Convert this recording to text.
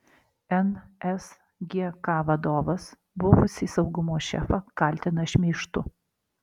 nsgk vadovas buvusį saugumo šefą kaltina šmeižtu